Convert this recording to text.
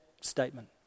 statement